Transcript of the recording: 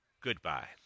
Goodbye